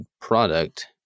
product